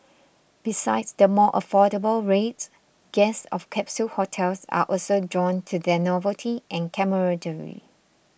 besides the more affordable rates guests of capsule hotels are also drawn to their novelty and camaraderie